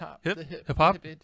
hip-hop